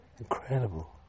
Incredible